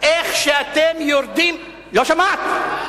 איך שאתם יורדים, לא שמעת?